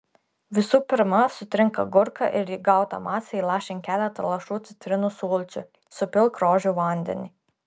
visų pirma sutrink agurką ir į gautą masę įlašink keletą lašų citrinų sulčių supilk rožių vandenį